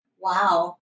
Wow